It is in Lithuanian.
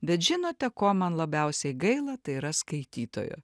bet žinote ko man labiausiai gaila tai yra skaitytojo